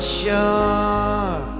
sure